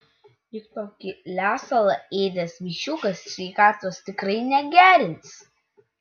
juk tokį lesalą ėdęs viščiukas sveikatos tikrai negerins